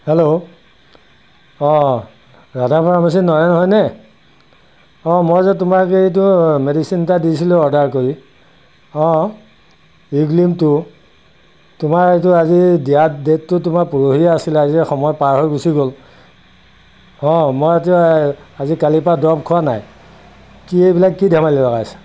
hello অঁ Radha pharmacy Naren হয়নে অঁ মই যে তোমাক এইটো মেডিচিন এটা দিছিলোঁ অৰ্ডাৰ কৰি অঁ ইউগ্লিমটো তোমাৰ এইটো আজি দিয়াৰ ডেটটো তোমাৰ পৰহিয়ে আছিলে আজি সময় পাৰ হৈ গুচি গ'ল অঁ মই এতিয়া আজি কালিৰ পৰা দৰৱ খোৱা নাই কি এইবিলাক কি ধেমালি লগাইছা